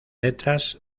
letras